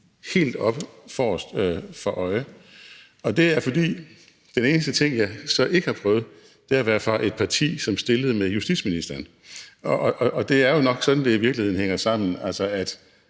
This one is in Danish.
helt forrest for øje. Og det er, fordi den eneste ting, jeg så ikke har prøvet, er at være fra et parti, der stillede med justitsministeren. Og det er jo nok sådan, det i virkeligheden hænger sammen: